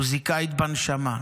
מוזיקאית בנשמה,